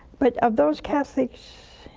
but of those catholics,